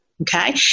okay